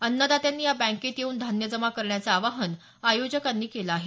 अन्नदात्यांनी या बँकेत येऊन धान्य जमा करण्याचं आवाहन आयोजकांनी केलं आहे